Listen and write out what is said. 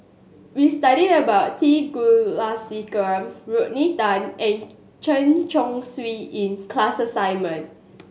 we studied about T Kulasekaram Rodney Tan and Chen Chong Swee in class assignment